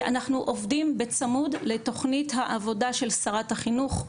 אנחנו עובדים בצמוד לתוכנית העבודה של שרת החינוך,